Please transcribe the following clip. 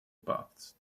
paths